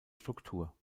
struktur